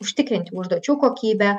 užtikrinti užduočių kokybę